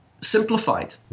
simplified